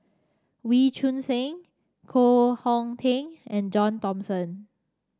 Wee Choon Seng Koh Hong Teng and John Thomson